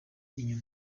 inyuma